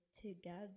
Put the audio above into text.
together